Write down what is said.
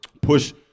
push